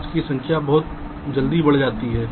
paths की संख्या बहुत जल्दी बढ़ सकती है